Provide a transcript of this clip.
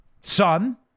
son